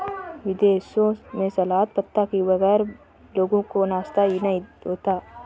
विदेशों में सलाद पत्ता के बगैर लोगों का नाश्ता ही नहीं होता